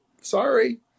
sorry